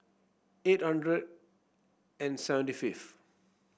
eight hundred and seventy fifth